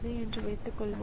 எனவே அது போல் நடக்கலாம்